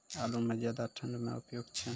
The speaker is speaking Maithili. आलू म ज्यादा ठंड म उपयुक्त छै?